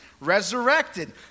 resurrected